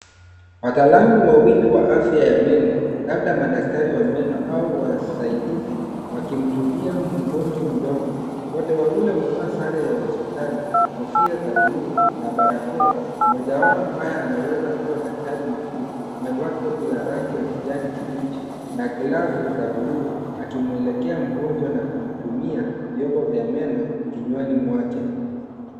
Wataalamu wawili wa afya ya meno labda madaktari wa meno au wasaidizi, wakimtubia mgonjwa mdogo. Wote wawili wamevaa sare ya hospitali, kofia za bluu na barakoa. Mmoja wao ambaye anaweza kuwa daktari mkuu, amevaa koti la rangi ya kijani kibichi na glavu za bluu akimwelekea mgonjwa na kumtumia vyombo vya meno kinywani mwake.